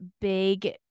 big